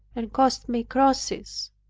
and cost me crosses.